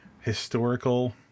historical